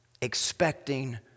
expecting